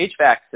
HVAC